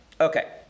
Okay